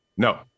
No